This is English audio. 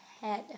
head